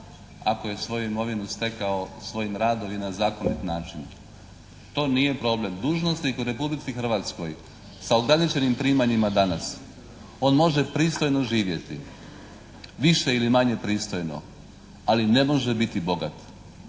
ako je svoju imovinu stekao svojim radom i na zakonit način. To nije problem. Dužnosnik u Republici Hrvatskoj sa ograničenim primanjima danas on može pristojno živjeti, više ili manje pristojno, ali ne može biti bogat.